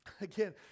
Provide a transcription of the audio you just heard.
Again